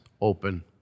open